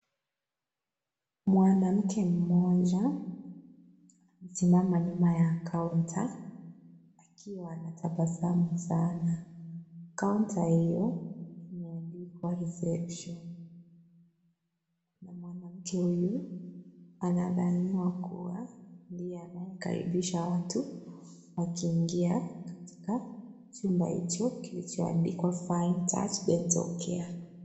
Mwanamke mmoja amesimama nyuma ya counter akiwa anatabasamu sana. Counter hiyo imeandikwa reception. Mwanamke huyu anadhaniwa kuwa ndiye anayekaribisha watu wakiingia hapa chumba hicho kilichoandikwa Fine Touch Dental Care.